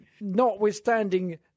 notwithstanding